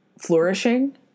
flourishing